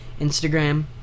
Instagram